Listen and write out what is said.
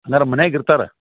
ಹಂಗಾರೆ ಮನೇಗ್ ಇರ್ತಾರೆ